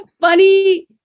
funny